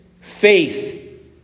faith